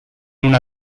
una